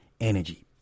energy